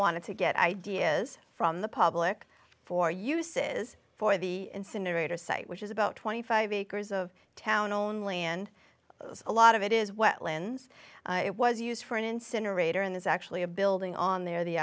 wanted to get ideas from the public for uses for the incinerator site which is about twenty five acres of town own land a lot of it is wetlands it was used for an incinerator and there's actually a building on there the